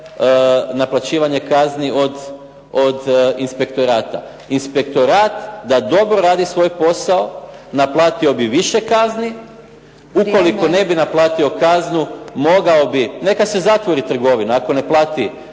naplaćivanje kazni od inspektorata. Inspektorat da dobro radi svoj posao, naplatio bi više kazni, ukoliko ne bi naplatio kaznu, mogao bi, neka se zatvori trgovina ako ne plati